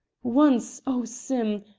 once oh, sim,